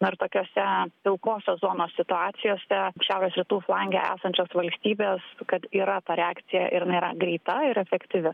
na ir tokiose pilkosios zonos situacijose šiaurės rytų flange esančios valstybės kad yra ta reakcija ir jinai yra greita ir efektyvi